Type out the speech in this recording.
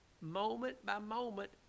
moment-by-moment